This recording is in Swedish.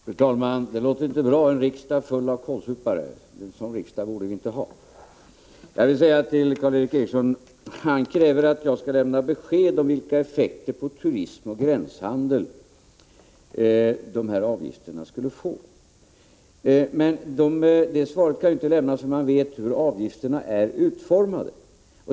Fru talman! Det är inte bra om vi skulle ha en riksdag full av kålsupare. En sådan riksdag borde vi inte ha. Karl Erik Eriksson kräver besked om vilka effekter på turism och gränshandel dessa avgifter skulle få. Men det svaret kan ju inte lämnas förrän man vet hur avgifterna är utformade.